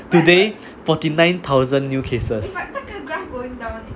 today forty nine thousand new cases